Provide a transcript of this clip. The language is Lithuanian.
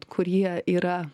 kurie yra